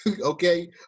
okay